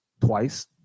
twice